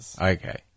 Okay